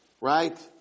right